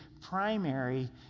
primary